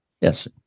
Yes